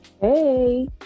Hey